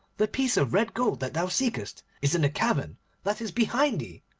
the piece of red gold that thou seekest is in the cavern that is behind thee.